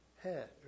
head